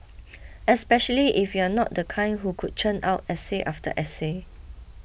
especially if you're not the kind who could churn out essay after essay